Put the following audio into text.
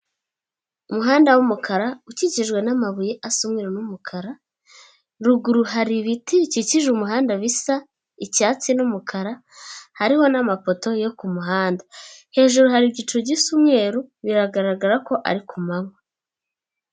Umuhanda w'umukara ukikijwe n'amabuye asa umweru n'umukara ruguru hari ibiti bikikije umuhanda bisa icyatsi n'umukara, hariho n'amapoto yo kumuhanda hejuru hari igicu gisa umweru biragaragara ko ari kumanywa.